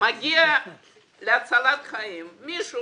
מגיע להצלת חיים מישהו,